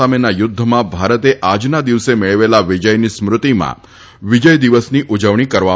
સામેના યુદ્ધમાં ભારતે આજના દિવસે મેળવેલા વિજયની સ્મૃતિમાં વિજય દિવસની ઉજવણી કરવામાં આવે છે